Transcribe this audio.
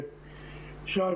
שי,